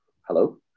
hello